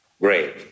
great